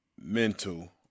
mental